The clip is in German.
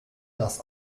das